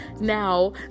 now